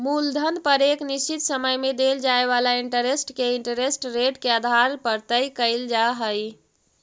मूलधन पर एक निश्चित समय में देल जाए वाला इंटरेस्ट के इंटरेस्ट रेट के आधार पर तय कईल जा हई